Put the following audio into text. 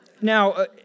Now